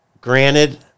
granted